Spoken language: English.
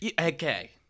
Okay